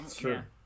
Sure